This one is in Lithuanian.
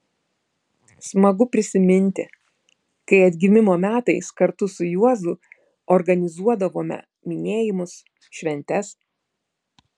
smagu prisiminti kai atgimimo metais kartu su juozu organizuodavome minėjimus šventes